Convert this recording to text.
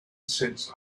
since